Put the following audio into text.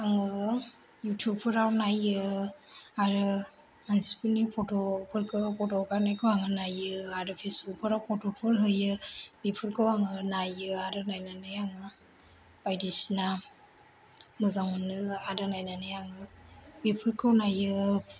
आङो इउटिउबफोराव नायो आरो मानसिफोरनि फटफोरखौ फट' हगारनायखौ नायो आरो फेसबुकफोराव फट'फोर होयो बेफोरखौ आङो नायो आरो नायनानै आङो बायदिसिना मोजां मोनो आरो नायनानै आङो बेफोरखौ नायो